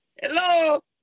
Hello